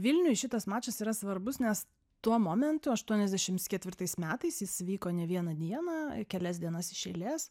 vilniuj šitas mačas yra svarbus nes tuo momentu aštuoniasdešims ketvirtais metais jis vyko ne vieną dieną kelias dienas iš eilės